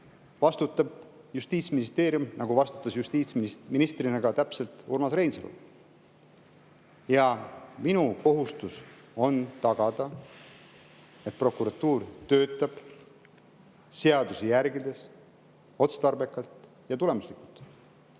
vastutab Justiitsministeerium, nagu vastutas justiitsministrina ka Urmas Reinsalu. Minu kohustus on tagada, et prokuratuur töötaks seadusi järgides, otstarbekalt ja tulemuslikult.